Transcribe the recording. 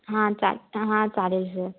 हां चाल हां चालेल सर